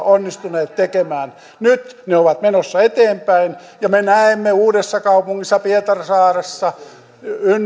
onnistuneet tekemään nyt ne ovat menossa eteenpäin ja me näemme uudessakaupungissa pietarsaaressa